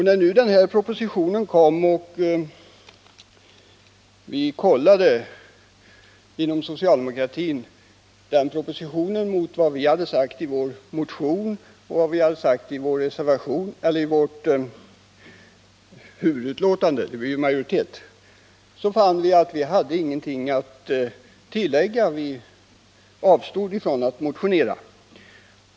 När nu denna proposition kom och vi inom socialdemokratin kollade dess innehåll mot vad vi hade skrivit i vår motion och i socialutskottets huvudbetänkande — vi var ju i majoritet — fann vi att vi inte hade någonting att tillägga, och vi avstod från att motionera.